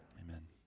Amen